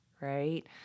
right